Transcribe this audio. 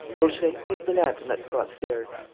vaucheray, take the lamp and let's go upstairs.